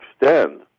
extend